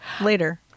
later